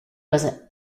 was